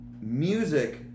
Music